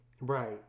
Right